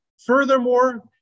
Furthermore